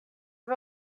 wir